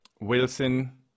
Wilson